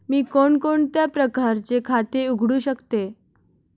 मी कोणकोणत्या प्रकारचे खाते उघडू शकतो?